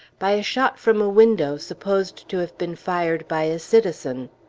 by a shot from a window, supposed to have been fired by a citizen.